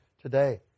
today